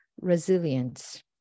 resilience